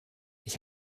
ich